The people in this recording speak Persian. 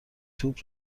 توپ